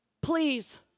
Please